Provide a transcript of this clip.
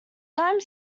time